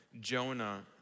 Jonah